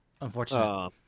unfortunately